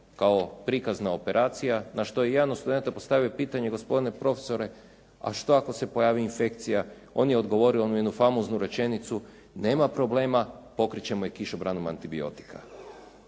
kao prikazna operacija na što je jedan od studenata postavio pitanje: gospodine profesore, a što ako se pojavi infekcija? On je odgovorio onu jednu famoznu rečenicu, nema problema, pokrit ćemo je kišobranom antibiotika.